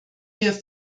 wir